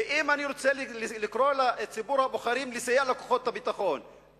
ואם אני רוצה לקרוא לציבור הבוחרים לסייע לכוחות הביטחון,